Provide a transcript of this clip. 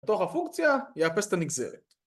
תוך הפונקציה יאפס ת'נגזרת